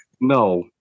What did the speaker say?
No